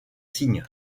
signes